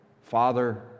father